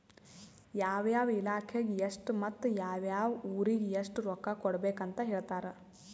ಯಾವ ಯಾವ ಇಲಾಖೆಗ ಎಷ್ಟ ಮತ್ತ ಯಾವ್ ಯಾವ್ ಊರಿಗ್ ಎಷ್ಟ ರೊಕ್ಕಾ ಕೊಡ್ಬೇಕ್ ಅಂತ್ ಹೇಳ್ತಾರ್